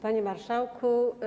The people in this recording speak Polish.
Panie Marszałku!